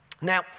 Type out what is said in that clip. Now